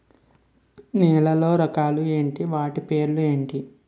నేలలో రకాలు ఎన్ని వాటి పేర్లు ఏంటి?